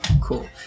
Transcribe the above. Cool